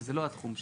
וזה לא התחום שלי.